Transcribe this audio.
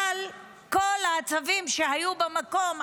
אבל כל הצווים שהיו במקום,